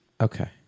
Okay